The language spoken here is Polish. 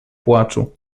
płaczu